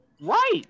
Right